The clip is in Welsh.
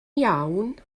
iawn